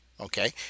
okay